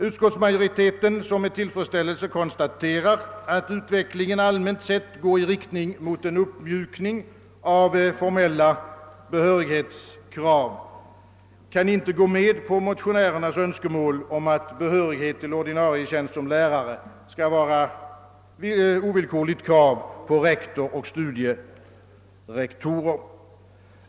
Utskottets majoritet, som med tillfredsställelse konstaterar att utvecklingen allmänt sett går i riktning mot en uppmjukning av formella behörighetskrav, kan inte gå med på motionärernas önskemål om att behörighet till ordinarie tjänst som lärare skall vara ovillkorligt krav på rektor och studierektor.